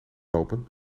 lopen